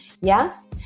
Yes